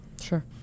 Sure